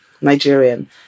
Nigerian